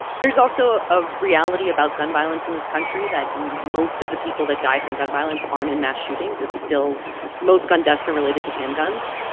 there's also a reality about gun violence in this country that most of the people that die from gun violence aren't in mass shootings. it's still most gun deaths are related to handguns.